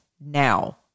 now